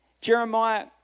Jeremiah